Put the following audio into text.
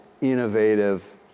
innovative